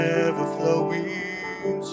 ever-flowing